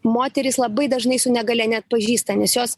moterys labai dažnai su negalia neatpažįsta nes jos